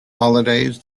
holidays